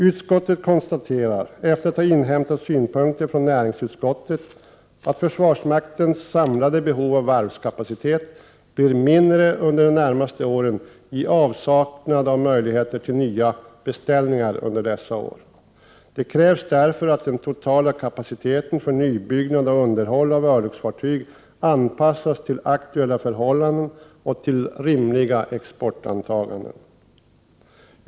Efter det att synpunkter har inhämtats från näringsutskottet, konstaterar försvarsutskottet att försvarsmaktens samlade behov av varvskapacitet blir mindre under de närmaste åren i avsaknad av möjligheter till nya beställningar under dessa år. Det krävs därför att den totala kapaciteten för nybyggnad och underhåll av örlogsfartyg anpassas till aktuella förhållanden och till rimliga exportantaganden.